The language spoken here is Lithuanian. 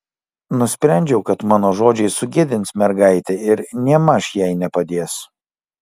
nusprendžiau kad mano žodžiai sugėdins mergaitę ir nėmaž jai nepadės